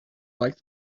like